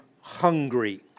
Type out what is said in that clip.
hungry